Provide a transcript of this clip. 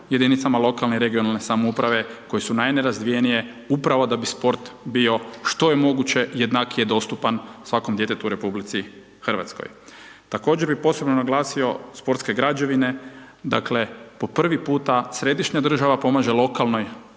jedinicama lokalne i regionalne samouprave koje su najnerazvijenije upravo da bi sport bio što je moguće jednakije dostupan svakom djetetu u RH. Također bi posebno naglasio sportske građevine, dakle, po prvi puta središnja država pomaže lokalnoj